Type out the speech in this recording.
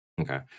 okay